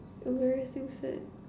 embarrassing sad